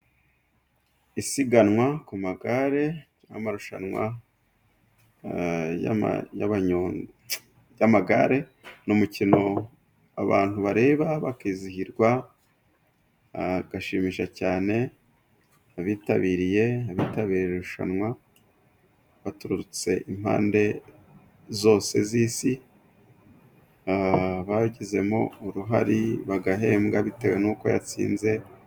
Isiganwa ku magare ry'amarushanwa y'amagare ni umukino abantu bareba bakizihirwa, ukabashimisha cyane, abitabiriye, abitabiriye irushanwa baturutse impande zose z'isi, ababigizemo uruhare bagahembwa bitewe n'uko yatsinze.